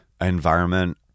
environment